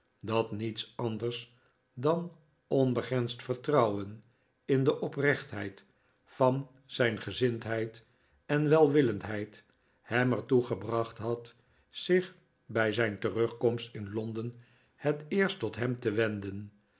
dat niets anders dan onbegrensd vertrouwen in de oprechtheid van zijn gezindnikolaas nickleby heid en welwillendheid hem er toe gebracht had zich bij zijn terugkomst in londen het eerst tot hem te wenden